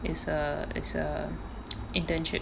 it's a it's a internship